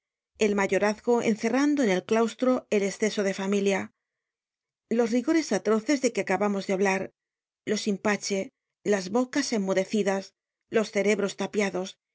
el mayorazgo encerrando en el claustro el esceso de familia los rigores atroces de que acabamos de hablar los in pace las bocas enmudecidas los cerebros tapiados